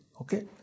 okay